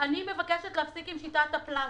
ואנחנו עובדים בשיטת הפלסטר.